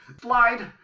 Slide